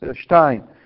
Stein